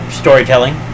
storytelling